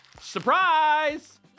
Surprise